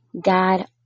God